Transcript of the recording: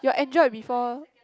your Android before